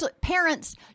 parents